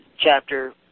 chapter